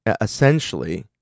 essentially